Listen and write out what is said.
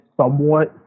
somewhat